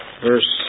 Verse